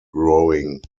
growing